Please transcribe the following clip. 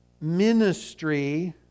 ministry